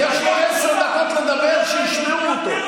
יש 12 דקות לדבר שישמעו אותו.